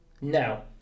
Now